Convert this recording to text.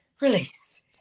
release